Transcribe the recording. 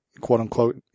quote-unquote